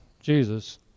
Jesus